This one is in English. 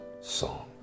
song